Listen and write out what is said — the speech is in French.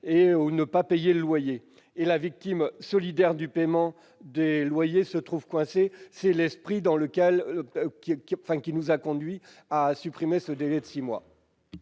ou ne pas payer le loyer. La victime solidaire du paiement des loyers se trouve alors coincée. C'est dans cet esprit que nous avons été conduits à supprimer ce délai de six mois.